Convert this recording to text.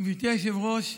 גברתי היושבת-ראש,